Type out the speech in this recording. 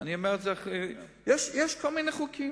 יש כל מיני חוקים.